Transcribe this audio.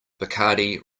bacardi